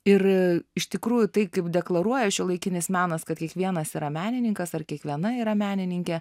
ir iš tikrųjų tai kaip deklaruoja šiuolaikinis menas kad kiekvienas yra menininkas ar kiekviena yra menininkė